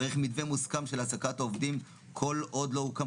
צריך מתווה מוסכם של העסקת עובדים כל עוד לא הוקם